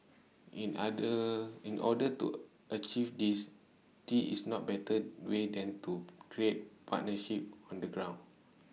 in other in order to achieve this these is no better way than to create partnerships on the ground